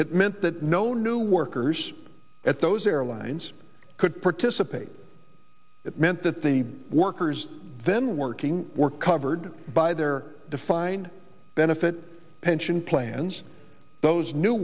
it meant that no new workers at those airlines could participate it meant that the workers then working were covered by their defined benefit pension plans those new